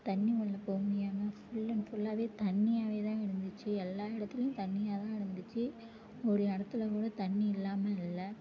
தண்ணி மொள்ள போக முடியாமல் ஃபுல் அண்ட் ஃபுல்லாகவே தண்ணியாகவே தான் இருந்துச்சு எல்லா இடத்துலியும் தண்ணியாக தான் இருந்துச்சு ஒரு இடத்துல கூட தண்ணி இல்லாமல் இல்லை